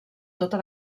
tota